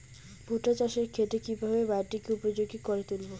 ভুট্টা চাষের ক্ষেত্রে কিভাবে মাটিকে উপযোগী করে তুলবো?